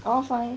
I want find